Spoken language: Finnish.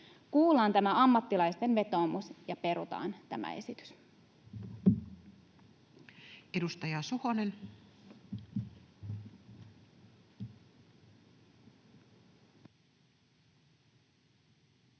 Kuullaan tämä ammattilaisten vetoomus ja perutaan tämä esitys. [Speech 109]